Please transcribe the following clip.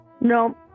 No